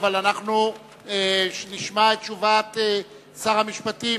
אנחנו נשמע תשובת שר המשפטים.